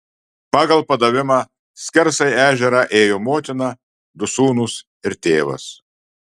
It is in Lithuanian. pagal padavimą skersai ežerą ėjo motina du sūnūs ir tėvas